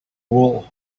wool